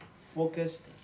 focused